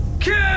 Kill